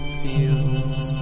fields